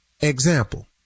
Example